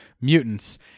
mutants